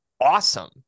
Awesome